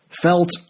felt